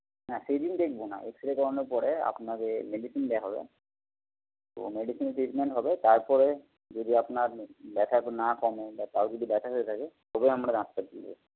না সেদিন দেখবো না এক্স রে করানোর পরে আপনাকে মেডিসিন দেওয়া হবে তো মেডিসিন ট্রিটমেন্ট হবে তারপরে যদি আপনার ব্যথা না কমে বা তাও যদি ব্যথা হয়ে থাকে তবে আমরা দাঁতটা তুলবো